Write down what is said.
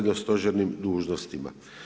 stožernim dužnostima.